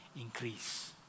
increase